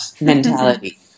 mentality